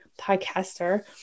podcaster